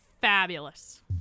Fabulous